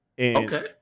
Okay